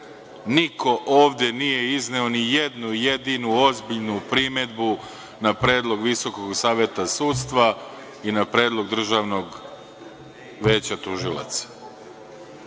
ovde nije izneo ni jednu jedinu ozbiljnu primedbu na predlog Visokog saveta sudstva i na predlog Državnog veća tužilaca.